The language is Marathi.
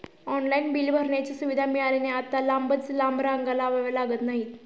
ऑनलाइन बिल भरण्याची सुविधा मिळाल्याने आता लांबच लांब रांगा लावाव्या लागत नाहीत